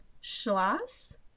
Schloss